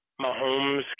Mahomes